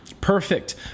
perfect